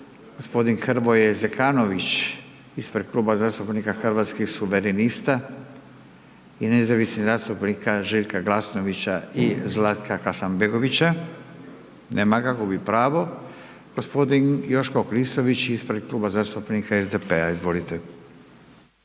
Gospodin Hrvoje Zekanović ispred Kluba zastupnika Hrvatskih suverenista i nezavisnih zastupnika Željka Glasnovića i Zlatka Hasanbegovića, nema ga, gubi pravo. Gospodin Joško Klisović ispred Kluba zastupnika SDP-a. Izvolite.